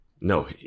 No